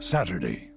Saturday